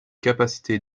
capacité